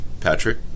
Patrick